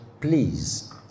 please